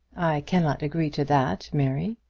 cannot agree to that, mary.